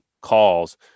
calls